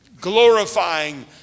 glorifying